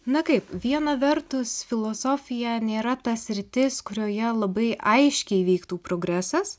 na kaip viena vertus filosofija nėra ta sritis kurioje labai aiškiai vyktų progresas